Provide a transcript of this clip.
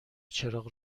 چراغ